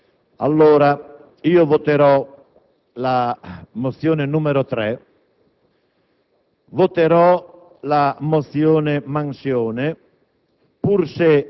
La pratica da evadere era quella della nomina; credo che vi sia legalità e potestà del Governo di farla.